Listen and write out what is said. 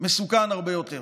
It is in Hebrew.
מסוכן הרבה יותר.